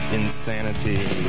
insanity